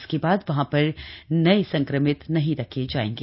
इसके बाद वहां पर नए संक्रमित नहीं रखे जाएंगे